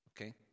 okay